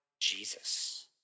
Jesus